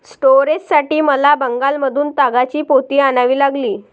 स्टोरेजसाठी मला बंगालमधून तागाची पोती आणावी लागली